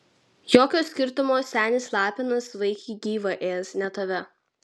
jokio skirtumo senis lapinas vaikį gyvą ės ne tave